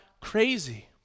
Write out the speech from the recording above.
crazy